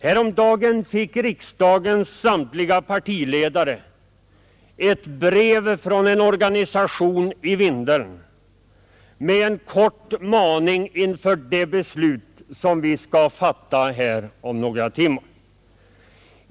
Häromdagen fick riksdagens samtliga partiledare ett brev från en organisation i Vindeln med en maning inför det beslut som vi skall fatta här om några timmar.